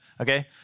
Okay